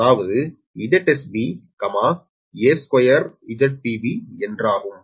அதாவது 𝒁𝒔B 𝒂𝟐𝒁𝒑B என்றாகும்